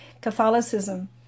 Catholicism